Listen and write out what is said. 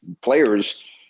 players